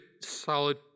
solid